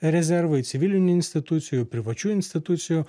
rezervai civilinių institucijų privačių institucijų